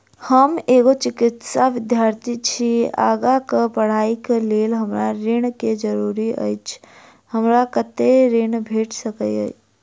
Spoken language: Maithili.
हम एगो चिकित्सा विद्यार्थी छी, आगा कऽ पढ़ाई कऽ लेल हमरा ऋण केँ जरूरी अछि, हमरा कत्तेक ऋण भेट सकय छई?